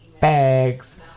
bags